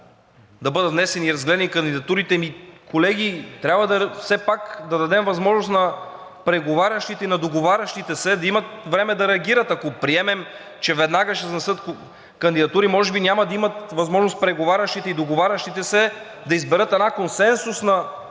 да бъдат внесени и разгледани кандидатурите. Колеги, трябва все пак да дадем възможност на преговарящите и на договарящите се да имат време да реагират, ако приемем, че веднага ще внесат кандидатури, може би няма да имат възможност преговарящите и договарящите се да изберат една консенсусна